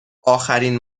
آخرین